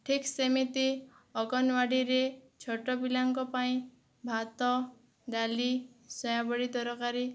ଠିକ୍ ସେମିତି ଅଙ୍ଗନବାଡ଼ିରେ ଛୋଟପିଲାଙ୍କ ପାଇଁ ଭାତ ଡାଲି ସୋୟାବଡ଼ି ତରକାରୀ